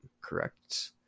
correct